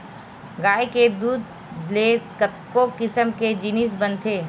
गाय के दूद ले कतको किसम के जिनिस बनथे